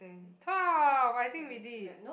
twelve I think we did